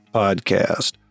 podcast